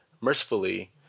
Mercifully